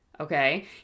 Okay